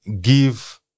give